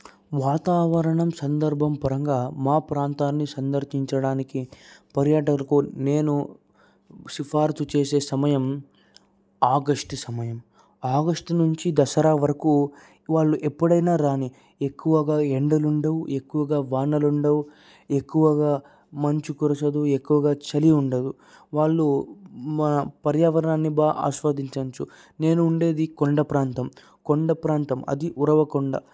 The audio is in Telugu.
వాతావరణం సందర్భం పరంగా మా ప్రాంతాన్ని సందర్శించడానికి పర్యాటకులకు నేను సిఫార్సు చేసే సమయం ఆగస్టు సమయం ఆగస్టు నుంచి దసరా వరకు వాళ్ళు ఎప్పుడైనా రాని ఎక్కువగా ఎండలు ఉండవు ఎక్కువగా వానలు ఉండవు ఎక్కువగా మంచు కురవదు ఎక్కువగా చలి ఉండదు వాళ్లు మన పర్యావరణాన్ని బాగా ఆస్వాదించవచ్చు నేను ఉండేది కొండ ప్రాంతం కొండ ప్రాంతం అది ఉరవకొండ